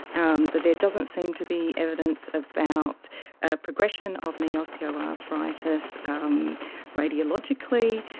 um that there doesn't seem to be evidence about ah progression of knee osteoarthritis um radiologically,